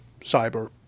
cyber